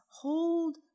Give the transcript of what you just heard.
hold